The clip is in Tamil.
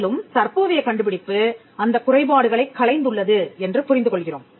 மேலும் தற்போதைய கண்டுபிடிப்பு அந்தக் குறைபாடுகளைக் களைந்துள்ளது என்று புரிந்து கொள்கிறோம்